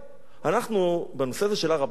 אנחנו, בנושא הזה של הר-הבית, צריך להגיד: